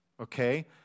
Okay